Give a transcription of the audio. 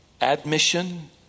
admission